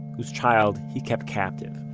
whose child he kept captive